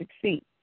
succeed